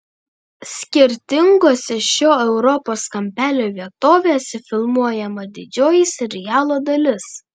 skirtingose šio europos kampelio vietovėse filmuojama didžioji serialo dalis